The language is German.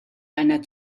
einer